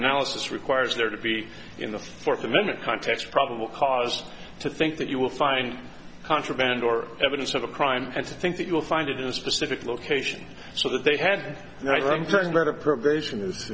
analysis requires there to be in the fourth amendment context probable cause to think that you will find contraband or evidence of a crime and to think that you will find it in a specific location so that they had something that a probation is